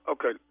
Okay